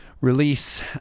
release